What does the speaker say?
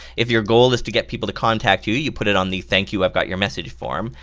if your goal is to get people to contact you you put it on the thank you i've got your message form,